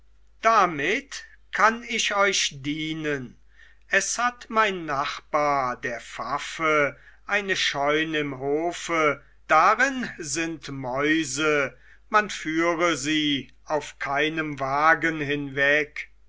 damit kann ich euch dienen es hat mein nachbar der pfaffe eine scheun im hofe darin sind mäuse man führe sie auf keinem wagen hinweg